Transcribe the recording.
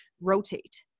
rotate